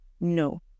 No